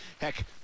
heck